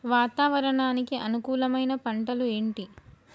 వాతావరణానికి అనుకూలమైన పంటలు ఏంటి?